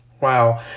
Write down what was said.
Wow